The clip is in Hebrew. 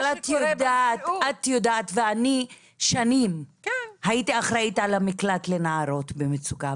אני שנים הייתי אחראית על המקלט לנערות במצוקה,